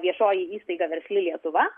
viešoji įstaiga versli lietuva